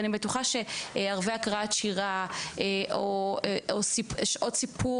אני בטוחה שערבי הקראת שירה או שעות סיפור